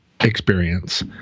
experience